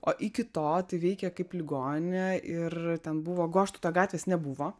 o iki to tai veikė kaip ligoninė ir ten buvo goštauto gatvės nebuvo